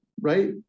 Right